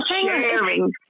sharing